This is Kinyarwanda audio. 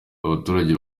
abaturage